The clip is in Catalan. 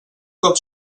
cop